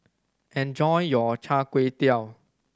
enjoy your chai kway tow